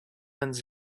and